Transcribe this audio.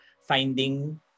finding